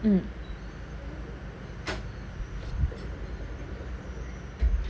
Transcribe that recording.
mm